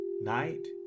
Night